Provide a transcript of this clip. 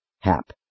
Hap